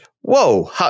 whoa